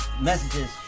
messages